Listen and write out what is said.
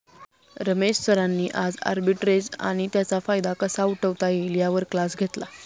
रमेश सरांनी आज आर्बिट्रेज आणि त्याचा फायदा कसा उठवता येईल यावर क्लास घेतला